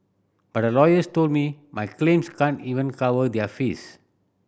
but the lawyers told me my claims can't even cover their fees